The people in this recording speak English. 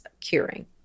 curing